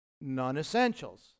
non-essentials